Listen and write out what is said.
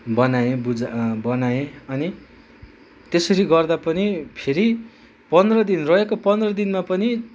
बनाएँ बुजा बनाएँ अनि त्यसरी गर्दा पनि फेरि पन्ध्र दिन रहेको पन्ध्र दिनमा पनि